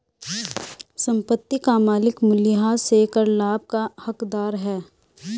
संपत्ति का मालिक मूल्यह्रास से कर लाभ का हकदार है